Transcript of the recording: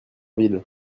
ville